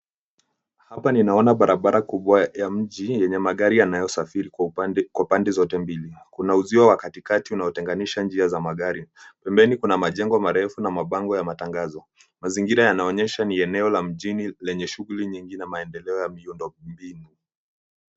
Hapa ninaona barabara kubwa ya mji yenye magari yanayosafiri kwa pande zote mbili. Kuna uzio wa katikati unaotenganishwa njia za magari. Pembeni kuna majengo marefu na mabango ya matangazo. Mazingira yanaonyesha ni eneo la mjini yenye shughuli nyingi na maeneo ya miundo mbinu.